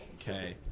Okay